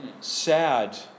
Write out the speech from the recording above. sad